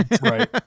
Right